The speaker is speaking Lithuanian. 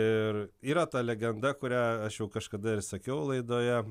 ir yra ta legenda kurią aš jau kažkada ir sakiau laidoje